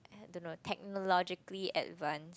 I don't know technologically advanced